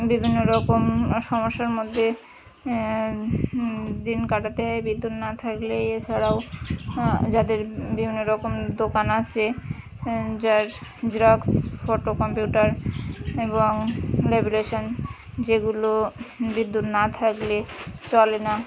বিভিন্ন রকম সমস্যার মধ্যে দিন কাটাতে হয় বিদ্যুৎ না থাকলে এছাড়াও যাদের বিভিন্ন রকম দোকান আছে যার জেরক্স ফোটো কম্পিউটার এবং ল্যামিনেশন যেগুলো বিদ্যুৎ না থাকলে চলে না